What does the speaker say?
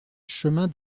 chemin